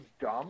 dumb